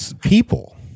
people